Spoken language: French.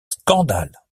scandale